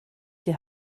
die